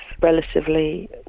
relatively